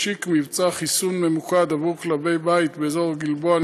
משיק מבצע חיסון ממוקד עבור כלבי בית באזור הגלבוע,